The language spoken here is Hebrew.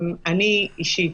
אני אישית,